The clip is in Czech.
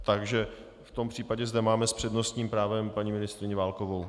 Takže v tom případě zde máme s přednostním právem paní ministryni Válkovou.